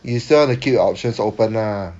you still want to keep your options open lah